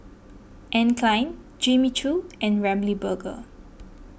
Anne Klein Jimmy Choo and Ramly Burger